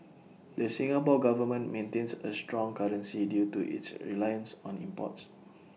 the Singapore Government maintains A strong currency due to its reliance on imports